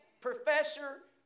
professor